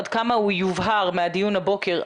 עד כמה הוא יובהר מהדיון הבוקר.